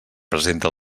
presenta